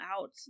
out